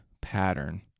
pattern